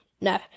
No